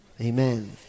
Amen